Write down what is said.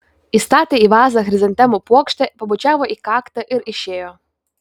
įstatė į vazą chrizantemų puokštę pabučiavo į kaktą ir išėjo